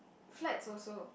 flats also